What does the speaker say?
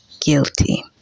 guilty